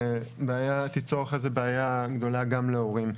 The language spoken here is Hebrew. מה שאחר כך ייצר בעיה גדולה גם להורים.